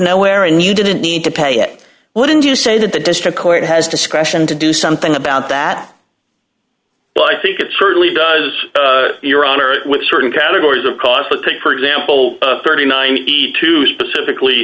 nowhere and you didn't need to pay it wouldn't you say that the district court has discretion to do something about that but i think it certainly does your honor with certain categories of cause but take for example thirty nine ve to specifically